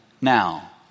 now